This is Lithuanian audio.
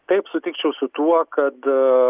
taip sutikčiau su tuo kad